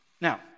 Now